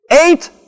eight